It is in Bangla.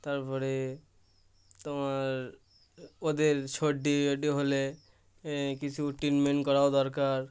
তার পরে তোমার ওদের সর্দি ওরডি হলে এ কিছু ট্রিটমেন্ট করাও দরকার